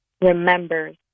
remembers